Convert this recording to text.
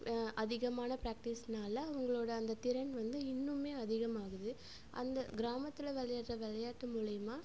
அதிகமான பிராக்டிஸ்னால் அவங்களோட அந்த திறன் வந்து இன்னும் அதிகமாகுது அந்த கிராமத்தில் விளையாடுற விளையாட்டு மூலிமா